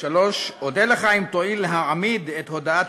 3. אודה לך אם תואיל להעמיד את הודעת